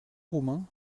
roumains